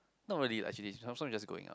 not really lah actually some some is just going out